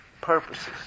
purposes